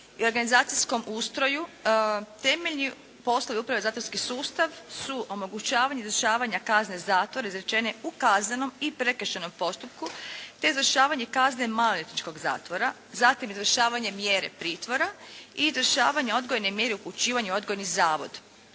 organizacijskom ustroju temeljni poslovi zatvorski sustav su omogućavanje izvršavanja kazne zatvora izrečene u kaznenom i prekršajnom postupku te izvršavanje kazne maloljetničkog zatvora, zatim izvršavanje mjere pritvora i izvršavanje odgojne mjere upućivanja u odgojni zavod.